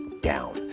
down